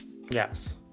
Yes